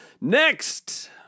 Next